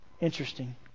Interesting